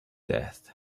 death